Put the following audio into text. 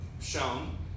shown